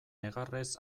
negarrez